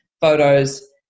photos